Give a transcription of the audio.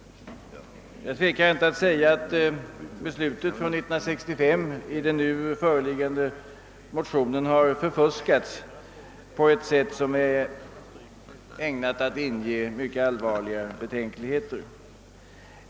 Jag tvekar inte att säga att beslutet från år 1965 i den nu föreliggande propositionen har förfuskats på ett sätt som nu är ägnat att inge mycket allvarliga betänkligheter.